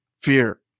Fear